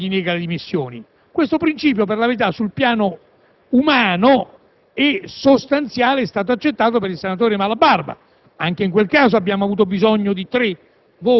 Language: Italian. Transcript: quando eventualmente l'Aula gli negasse le dimissioni. Questo principio, per la verità, sul piano umano e sostanziale è stato accettato per il senatore Malabarba: